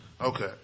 Okay